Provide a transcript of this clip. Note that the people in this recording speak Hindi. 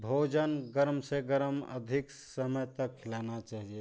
भोजन गरम से गरम अधिक समय तक खिलाना चाहिए